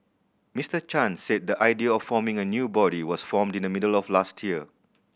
Mister Chan said the idea of forming a new body was formed in the middle of last year